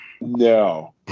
No